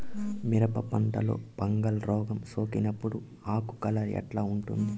మిరప పంటలో ఫంగల్ రోగం సోకినప్పుడు ఆకు కలర్ ఎట్లా ఉంటుంది?